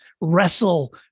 wrestle